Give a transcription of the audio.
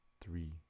three